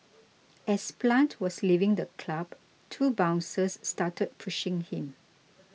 as Plant was leaving the club two bouncers started pushing him